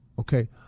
okay